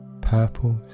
purples